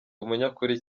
umunyakuri